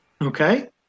Okay